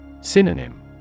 Synonym